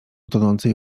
tonącej